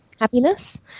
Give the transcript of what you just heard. happiness